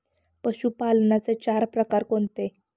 पशुपालनाचे चार प्रकार कोणते?